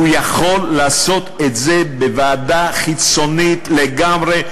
הוא יכול לעשות את זה בוועדה חיצונית לגמרי,